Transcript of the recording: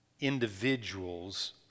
individuals